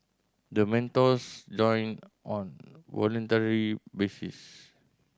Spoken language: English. the mentors join on voluntary basis